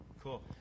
Cool